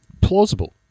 Plausible